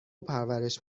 پرورش